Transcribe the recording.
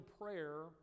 prayer